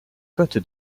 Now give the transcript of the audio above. côte